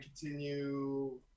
continue